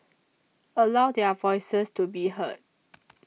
allow their voices to be heard